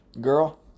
girl